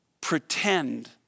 pretend